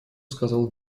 сказал